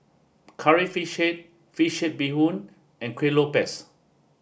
Curry Fish Head Fish Head Bee Hoon and Kueh Lopes